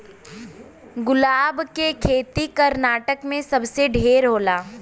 गुलाब के खेती कर्नाटक में सबसे ढेर होला